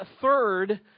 Third